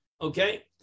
Okay